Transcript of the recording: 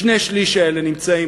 שני-השלישים האלה נמצאים,